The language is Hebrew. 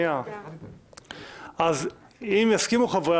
אם יסכימו חברי